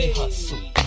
hustle